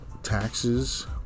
Taxes